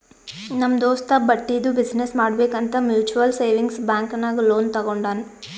ನಮ್ ದೋಸ್ತ ಬಟ್ಟಿದು ಬಿಸಿನ್ನೆಸ್ ಮಾಡ್ಬೇಕ್ ಅಂತ್ ಮ್ಯುಚುವಲ್ ಸೇವಿಂಗ್ಸ್ ಬ್ಯಾಂಕ್ ನಾಗ್ ಲೋನ್ ತಗೊಂಡಾನ್